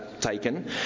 taken